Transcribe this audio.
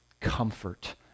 comfort